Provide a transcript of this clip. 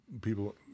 people